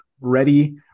ready